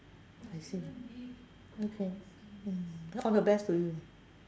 I see okay mm all the best to you